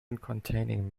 containing